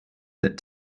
that